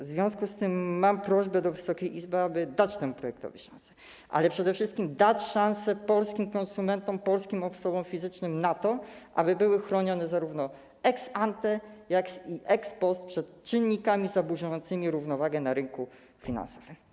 W związku z tym mam prośbę do Wysokiej Izby, aby dać temu projektowi szansę, ale przede wszystkim dać szansę polskim konsumentom, polskim osobom fizycznym, aby były chronione zarówno ex ante, jak i ex post przed czynnikami zaburzającymi równowagę na rynku finansowym.